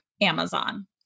Amazon